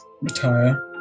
Retire